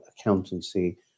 accountancy